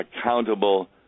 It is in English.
accountable